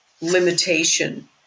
limitation